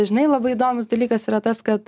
žinai labai įdomus dalykas yra tas kad